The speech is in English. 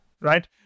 Right